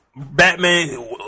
batman